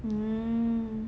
mmhmm